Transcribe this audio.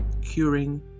curing